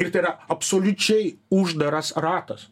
ir tai yra absoliučiai uždaras ratas